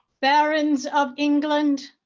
barons of england,